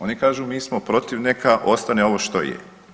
Oni kažu mi smo protiv, neka ostane ovo što je.